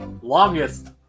longest